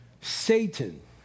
Satan